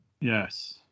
Yes